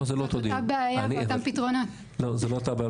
לא, זה לא אותו דיון.